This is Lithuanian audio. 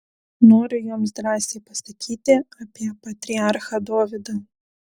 noriu jums drąsiai pasakyti apie patriarchą dovydą